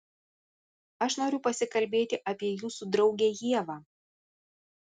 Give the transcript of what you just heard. aš noriu pasikalbėti apie jūsų draugę ievą